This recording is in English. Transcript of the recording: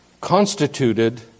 constituted